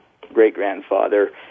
great-grandfather